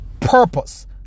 purpose